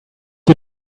you